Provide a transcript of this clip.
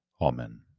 Amen